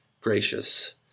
gracious